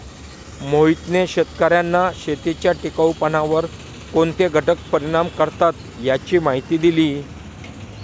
मोहितने शेतकर्यांना शेतीच्या टिकाऊपणावर कोणते घटक परिणाम करतात याची माहिती दिली